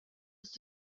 ist